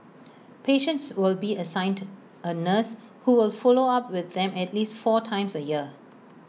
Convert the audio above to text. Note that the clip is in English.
patients will be assigned A nurse who will follow up with them at least four times A year